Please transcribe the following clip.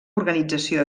organització